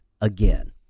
again